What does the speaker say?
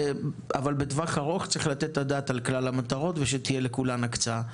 אבל בטווח ארוך צריך לתת את הדעת על כלל המטרות ושתהיה לכולן הקצאה.